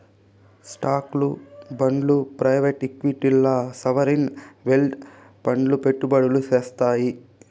స్టాక్లు, బాండ్లు ప్రైవేట్ ఈక్విటీల్ల సావరీన్ వెల్త్ ఫండ్లు పెట్టుబడులు సేత్తాయి